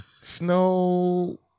Snow